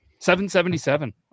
$777